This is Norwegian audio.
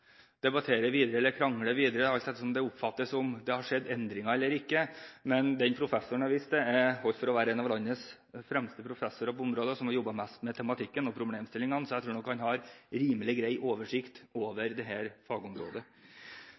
krangle videre – alt ettersom det oppfattes – om det har skjedd endringer eller ikke, at den professoren som jeg viste til, går for å være en av landets fremste professorer på dette området, og som har jobbet mest med tematikken og problemstillingene. Så jeg tror nok at han har en rimelig grei oversikt over dette fagområdet.